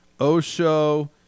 Osho